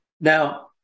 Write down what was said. Now